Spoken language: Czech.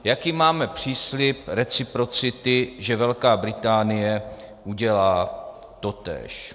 Jaký máme příslib reciprocity, že Velká Británie udělá totéž?